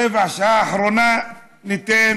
ורבע שעה אחרונה ניתן